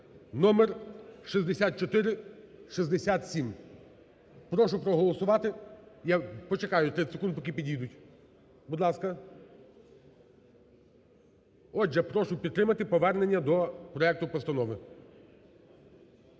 номер 6467. Прошу проголосувати, я почекаю 30 секунд поки підійдуть, будь ласка. Отже, прошу підтримати повернення до проекту постанови.